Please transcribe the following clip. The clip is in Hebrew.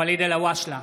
(קורא בשמות חברי הכנסת) ואליד אלהואשלה,